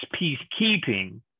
peacekeeping